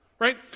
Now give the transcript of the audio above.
right